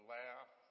laugh